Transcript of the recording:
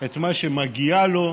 את מה שמגיע לו,